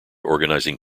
organizing